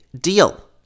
deal